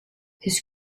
his